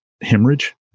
hemorrhage